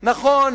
נכון,